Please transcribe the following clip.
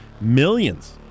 Millions